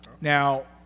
Now –